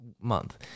month